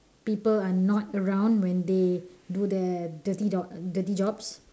people are not around when they do their dirty job dirty jobs